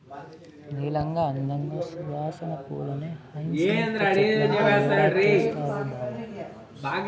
నీలంగా, అందంగా, సువాసన పూలేనా హైసింత చెట్లంటే ఏడ తెస్తవి బావా